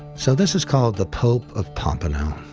so this is called the pope of pompano.